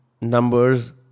numbers